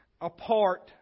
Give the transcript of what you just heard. apart